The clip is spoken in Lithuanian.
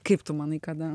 kaip tu manai kada